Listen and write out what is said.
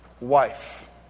wife